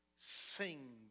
Sing